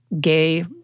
gay